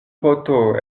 poto